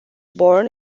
born